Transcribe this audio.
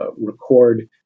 record